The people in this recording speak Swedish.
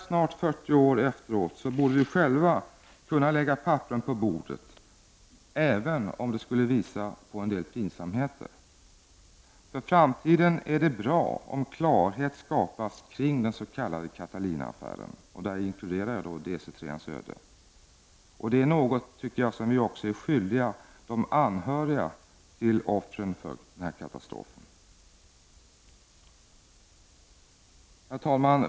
Snart 40 år efteråt borde vi själva kunna lägga papperen på bordet, även om det skulle visa på en del pinsamheter. För framtiden är det bra om klarhet skapas kring den s.k. Catalinaaffären. Däri inkluderar jag DC 3-ans öde. Det är också något som jag tycker att vi är skyldiga de anhöriga till offren för den här katastrofen. Herr talman!